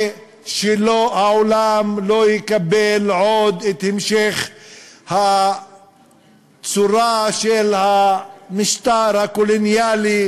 שהעולם לא יקבל עוד את המשך הצורה של המשטר הקולוניאלי,